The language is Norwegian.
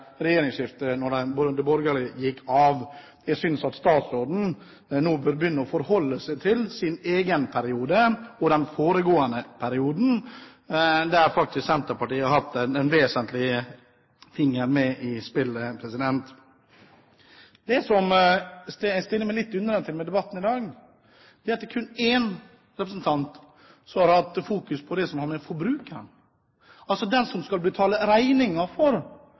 regjeringsskiftet da de borgerlige gikk av. Jeg synes at statsråden nå bør begynne å forholde seg til sin egen periode, denne og den foregående perioden, der Senterpartiet har hatt en finger med i spillet, i vesentlig grad. Det som jeg stiller meg litt undrende til i debatten i dag, er at det kun er én representant som har fokusert på det som handler om forbrukeren, som skal betale regningen for